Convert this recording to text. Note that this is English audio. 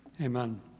Amen